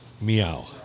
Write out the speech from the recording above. meow